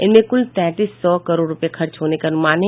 इसमें कुल तैंतीस सौ करोड़ रूपये खर्च होने के अनुमान है